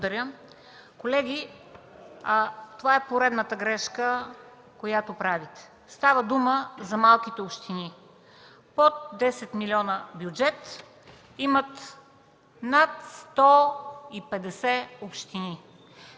председател. Колеги, това е поредната грешка, която правите. Става дума за малките общини. Под 10 милиона бюджет имат над 150 общини.